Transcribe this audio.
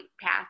path